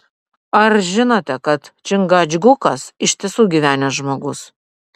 ar žinote kad čingačgukas iš tiesų gyvenęs žmogus